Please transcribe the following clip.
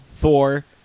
Thor